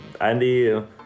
Andy